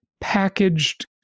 packaged